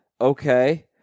Okay